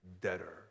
debtor